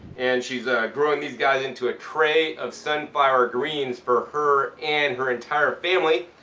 and she's growing these guys into a tray of sunflower greens for her and her entire family.